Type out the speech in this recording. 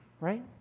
right